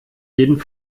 jeden